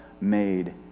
made